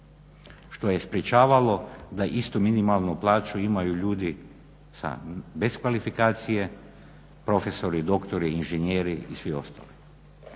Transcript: što je sprečavalo da istu minimalnu plaću imaju ljudi bez kvalifikacije, profesori, doktori, inženjeri i svi ostali.